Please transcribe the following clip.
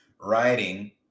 writing